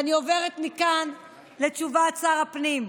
אני עוברת מכאן לתשובת שר הפנים.